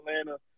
Atlanta